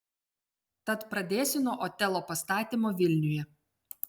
tad pradėsiu nuo otelo pastatymo vilniuje